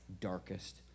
darkest